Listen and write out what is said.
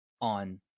on